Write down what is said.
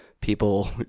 People